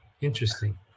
interesting